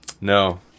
no